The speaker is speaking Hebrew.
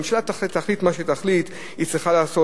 הממשלה תחליט מה שתחליט, היא צריכה לעשות.